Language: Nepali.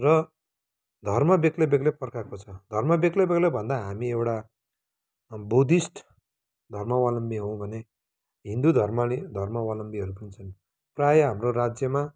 र धर्म बेग्ला बेग्लै प्रकारको छ धर्म बेग्ला बेग्लै भन्दा हामी एउटा बुद्धिस्ट धर्मावलम्बीहरू हौँ भने हिन्दू धर्मले धर्मावलम्बीहरू पनि छन् प्राय हाम्रो राज्यमा